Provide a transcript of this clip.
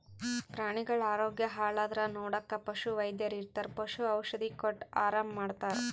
ಪ್ರಾಣಿಗಳ್ ಆರೋಗ್ಯ ಹಾಳಾದ್ರ್ ನೋಡಕ್ಕ್ ಪಶುವೈದ್ಯರ್ ಇರ್ತರ್ ಪಶು ಔಷಧಿ ಕೊಟ್ಟ್ ಆರಾಮ್ ಮಾಡ್ತರ್